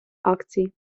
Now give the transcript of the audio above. акцій